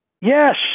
Yes